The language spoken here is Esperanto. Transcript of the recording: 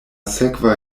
sekva